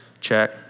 check